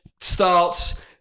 starts